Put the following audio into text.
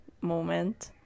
moment